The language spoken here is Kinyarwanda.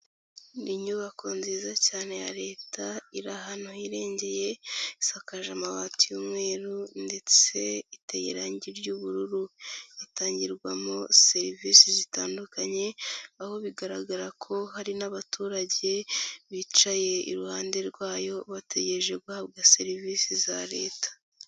Ni inyubako nziza cyane ya Leta iri ahantu hirengeye isakaje amabati y'umweru ndetse iteye irangi ry'ubururu, itangirwamo serivisi zitandukanye aho bigaragara ko hari n'abaturage bicaye iruhande rwayo bategereje guhabwa serivisi za Leta.